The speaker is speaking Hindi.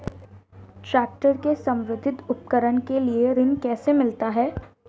ट्रैक्टर से संबंधित उपकरण के लिए ऋण कैसे मिलता है?